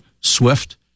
Swift